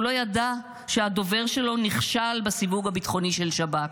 הוא לא ידע שהדובר שלו נכשל בסיווג הביטחוני של שב"כ,